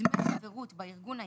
דמי חברות בארגון היציג,